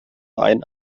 ein